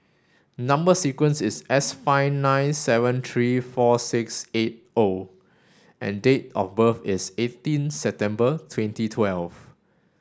number sequence is S five nine seven three four six eight O and date of birth is eighteen September twenty twelve